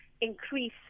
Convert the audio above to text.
increase